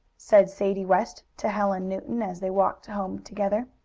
said sadie west to helen newton, as they walked home together.